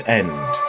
end